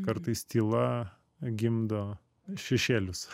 kartais tyla gimdo šešėlius